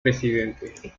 presidente